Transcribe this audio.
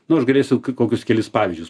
nu aš galėsiu kokius kelis pavyzdžius